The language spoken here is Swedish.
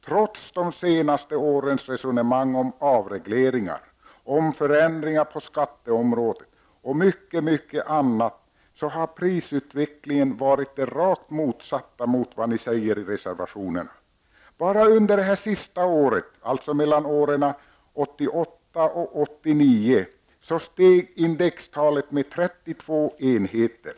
Trots de senaste årens tal om avregleringar, om förändringar på skatteområdet och mycket annat har prisutvecklingen varit den rakt motsatta mot vad ni säger i reservationerna. Bara under det sista året -- från 1988 till 1989 -- steg indextalet med 32 enheter.